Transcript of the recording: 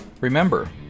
Remember